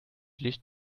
licht